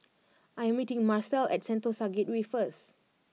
I am meeting Marcelle at Sentosa Gateway first